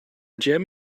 gem